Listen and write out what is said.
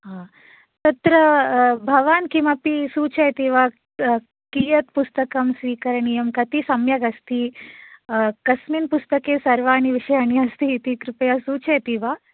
हां तत्र भवान् किमपि सूचयति वा कियत् पुस्तकं स्वीकरणीयं कति सम्यक् अस्ति अ कस्मिन् पुस्तके सर्वाणि विषयाणि अस्ति इति कृपया सूचयति वा